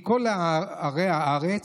מכל ערי הארץ,